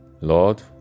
Lord